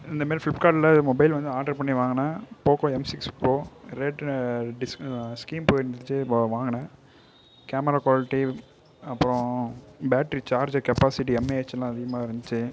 இந்தமாரி ஃபிளிப்கார்ட்ல மொபைல் வந்து ஆர்டர் பண்ணி வாங்கினேன் போகோ எம்சிக்ஸ் ப்ரோ ரேட் டிஸ் ஸ்கீம் போய்ட்ருந்துச்சி வா வாங்கினேன் கேமரா குவாலிட்டி அப்புறம் பேட்ரி சார்ஜர் கெப்பாசிட்டி எம்ஏஹெச் எல்லாம் அதிகமாக இருந்துச்சு